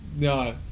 No